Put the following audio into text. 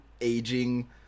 aging